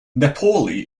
nepali